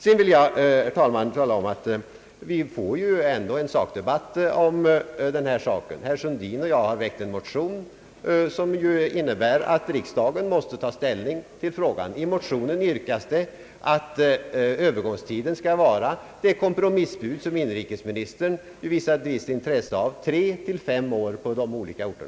Herr talman! Vi får en sakdebatt i detta ärende. Herr Sundin och jag har väckt en motion, som innebär att riksdagen måste ta ställning i frågan. I motionen yrkas att övergångstiden skall vara tre—fem år på de olika orterna — det kompromissbud som inrikesministern visade ett visst intresse för.